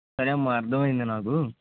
సరే అమ్మ అర్థం అయింది నాకు